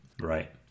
Right